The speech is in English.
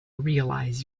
realize